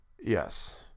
Yes